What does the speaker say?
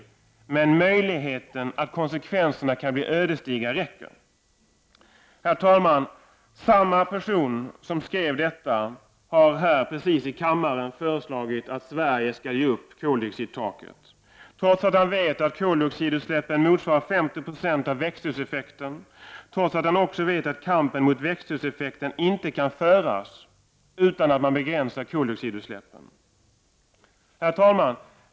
Men möjligheten att konsekvenserna kan bli ödesdigra räcker.” Herr talman! Samma person som skrev detta har här nu i kammaren föreslagit att Sverige skall ge upp koldioxidtaket, trots att han vet att koldioxidutsläppen svarar för 50 96 av växthuseffekten, och trots att han också vet att kampen mot växthuseffekten inte kan föras utan att man begränsar koldioxidutsläppen. Herr talman!